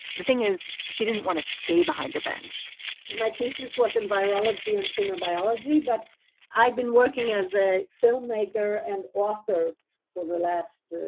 the thing is, she didn't want to stay behind a bench my thesis was in virology and tumor biology. but i'd been working as a filmmaker and author for the last